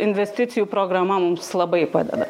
investicijų programa mums labai padeda